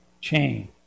chain